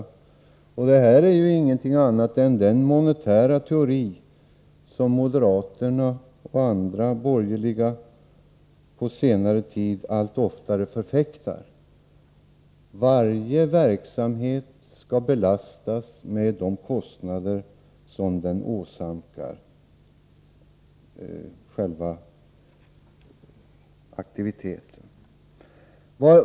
Detta är ingenting annat än den monetära teori som moderater och andra borgerliga på senare tid allt oftare förfäktat: varje verksamhet skall belastas med de kostnader som den förorsakar.